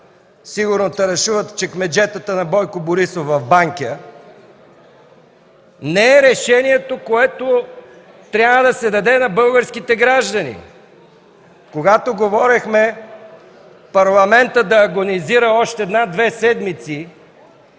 Сигурно тарашуват в чекмеджетата на Бойко Борисов в Банкя. Това не е решението, което трябва да се даде на българските граждани. Когато говорихме Парламентът да агонизира още 1-2 седмици,